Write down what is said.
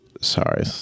sorry